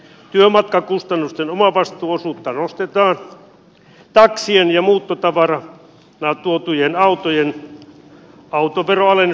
työmatkakustannusten omavastuuosuutta nostetaan taksien ja muuttotavarana tuotujen autojen autoveroalennuksesta luovutaan